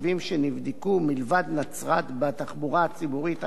מלבד נצרת שבה התחבורה הציבורית ענפה במיוחד,